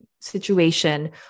situation